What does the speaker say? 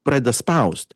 pradeda spaust